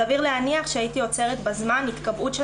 סביר להניח שהייתי עוצרת בזמן התקבעות של